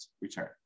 return